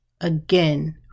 again